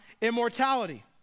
immortality